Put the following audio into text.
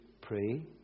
pray